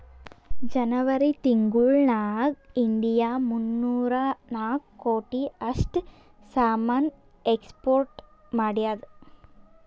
ಜನೆವರಿ ತಿಂಗುಳ್ ನಾಗ್ ಇಂಡಿಯಾ ಮೂನ್ನೂರಾ ನಾಕ್ ಕೋಟಿ ಅಷ್ಟ್ ಸಾಮಾನ್ ಎಕ್ಸ್ಪೋರ್ಟ್ ಮಾಡ್ಯಾದ್